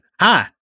hi